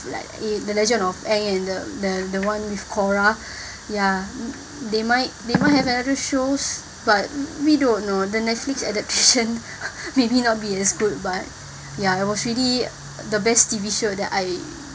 like the legend of aang and the the the one with korra ya they might they might have another shows but we don't know the netflix adaptation maybe not be as good but ya it was really the best T_V show that I